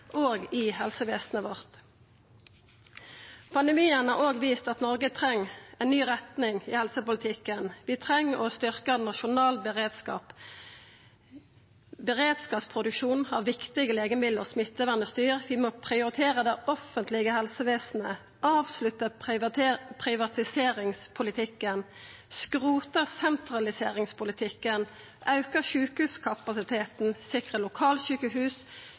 i helsevesenet vårt. Pandemien har òg vist at Noreg treng ei ny retning i helsepolitikken. Vi treng å styrkja den nasjonale beredskapen – beredskapsproduksjonen av viktige legemiddel og smittevernutstyr. Vi må prioritera det offentlege helsevesenet og avslutta privatiseringspolitikken, skrota sentraliseringspolitikken, auka sjukehuskapasiteten, sikra lokalsjukehus,